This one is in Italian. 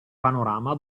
panorama